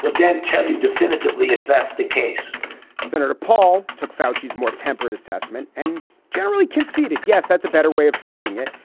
ah didn't tell you definitively if that's the case senator paul took foud. she's more temperate assessment and generally conceded. yes, that's a better way of saying it,